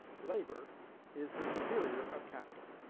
labor is the superior of capital,